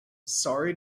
sorry